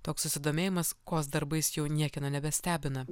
toks susidomėjimas kaws darbais jau niekieno nebestebina